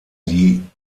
die